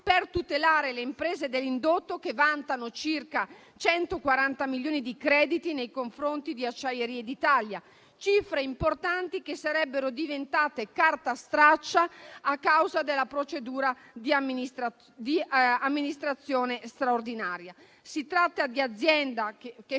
per tutelare le imprese dell'indotto, che vantano circa 140 milioni di crediti nei confronti di Acciaierie d'Italia; cifre importanti, che sarebbero diventate carta straccia a causa della procedura di amministrazione straordinaria. Si tratta di aziende che